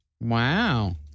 wow